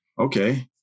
Okay